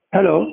Hello